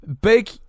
Big